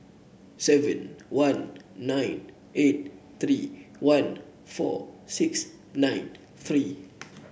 seven one nine eight three one four six nine three